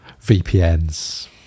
vpns